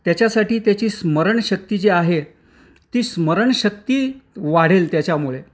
त्याच्यासाठी त्याची स्मरणशक्ती जी आहे ती स्मरणशक्ती वाढेल त्याच्यामुळे